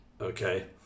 Okay